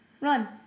run